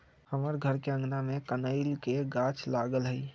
हमर घर के आगना में कनइल के गाछ लागल हइ